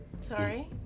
Sorry